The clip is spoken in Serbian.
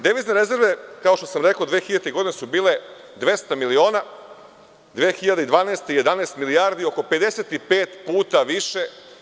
Devizne rezerve kao što sam rekao 2000. godine su bile 200 miliona, 2012. godine 11 milijardi, oko 55 puta više.